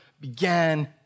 began